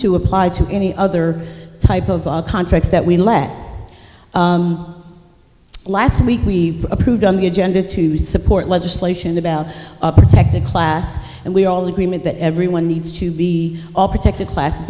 to apply to any other type of contracts that we let last week we approved on the agenda to support legislation about a protected class and we're all agreement that everyone needs to be all protected class